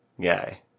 guy